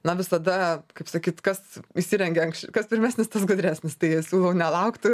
na visada kaip sakyt kas įsirengia anks kas pirmesnis tas gudresnis tai siūlau nelaukti